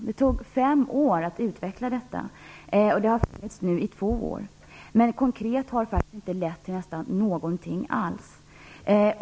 Det tog fem år att utveckla detta, och det har funnits i två år. Men konkret har det faktiskt nästan inte lett till någonting alls.